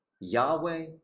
Yahweh